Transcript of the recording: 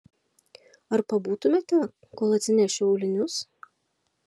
ar pabūtumėte kol atsinešiu aulinius